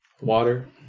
Water